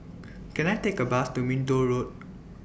Can I Take A Bus to Minto Road